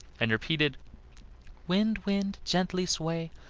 and repeated wind, wind, gently sway,